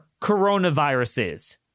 coronaviruses